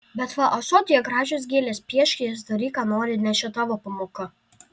bet va ąsotyje gražios gėlės piešk jas daryk ką nori nes čia tavo pamoka